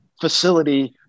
facility